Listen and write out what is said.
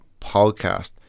Podcast